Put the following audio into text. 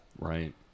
right